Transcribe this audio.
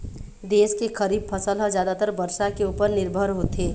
देश के खरीफ फसल ह जादातर बरसा के उपर निरभर होथे